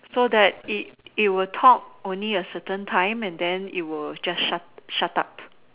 so that it it will talk only a certain time and then it will just shut shut up